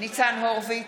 ניצן הורוביץ,